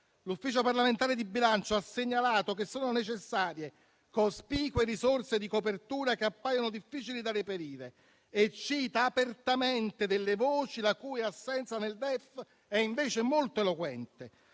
L'Ufficio parlamentare di bilancio ha segnalato che sono necessarie cospicue risorse di copertura che appaiono difficili da reperire e cita apertamente delle voci la cui assenza nel DEF è invece molto eloquente.